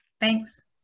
Thanks